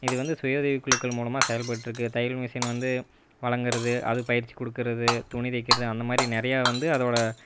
இது வந்து சுய உதவி குழுக்கள் மூலமாக செயல்பட்டுட்ருக்கு தையல் மிஷின் வந்து வழங்குவது அதுக்கு பயிற்சி கொடுக்குறது துணி தைக்கிறது அந்த மாதிரி நிறையா வந்து அதோடு